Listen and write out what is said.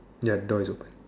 ya the door is open